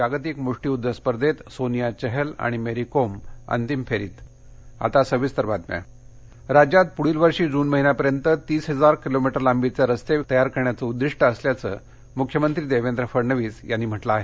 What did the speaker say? जागतिक मृष्टियुद्ध स्पर्धेत सोनिया चहल आणि मेरी कोम अंतिम फेरीत रस्ते राज्यात पुढच्या जून महिन्यापर्यंत तीस हजार किलोमीटर लांबीचे रस्ते तयार करण्याचं उद्दिष्ट असल्याचं मुख्यमंत्री देवेंद्र फडणवीस यांनी म्हटलं आहे